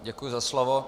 Děkuji za slovo.